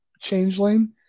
changeling